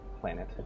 planet